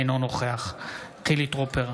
אינו נוכח חילי טרופר,